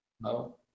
No